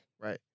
Right